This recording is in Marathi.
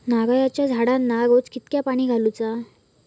नारळाचा झाडांना रोज कितक्या पाणी घालुचा?